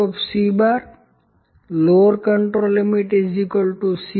L CzC L